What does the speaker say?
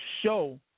show